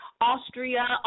Austria